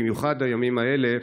במיוחד בימים האלה,